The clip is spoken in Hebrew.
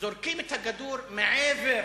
זורקים את הכדור מעבר